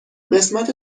قسمت